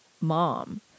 mom